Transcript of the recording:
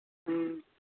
ह्म्म